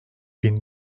bin